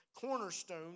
cornerstone